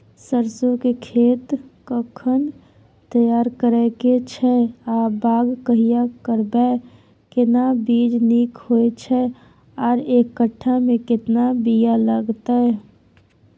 सरसो के खेत कखन तैयार करै के छै आ बाग कहिया करबै, केना बीज नीक होय छै आर एक कट्ठा मे केतना बीया लागतै?